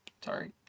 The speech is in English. Sorry